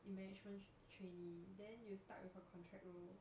they management trainee then you start with a contract role